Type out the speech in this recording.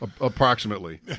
approximately